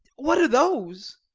what are those?